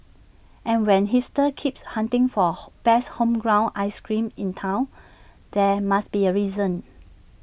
and when hipsters keep hunting for best homegrown ice creams in Town there must be A reason